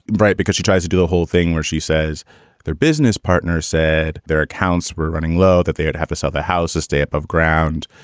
right. because she tries to do a whole thing where she says their business partner said their accounts were running low, that they had to sell the house a step of ground.